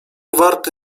warty